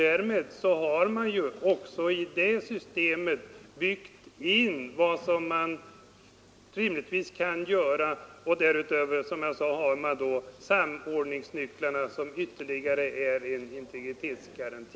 Därmed har man även i detta system byggt in vad som rimligtvis kan göras. Därutöver har man samordningsnycklarna, vilka utgör en ytterligare integritetsgaranti.